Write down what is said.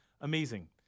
Amazing